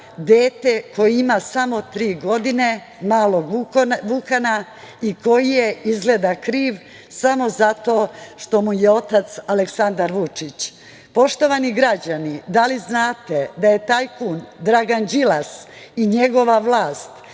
dete koje ima samo tri godine, malog Vukana i koji je izgleda kriv samo zato što mu je otac Aleksandar Vučić. Poštovani građani, da li znate da je tajkun Dragan Đilas i njegova vlast